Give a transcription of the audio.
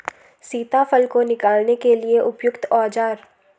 सीताफल को निकालने के लिए उपयुक्त औज़ार?